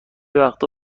وقتا